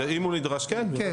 אם הוא נדרש כן, בוודאי.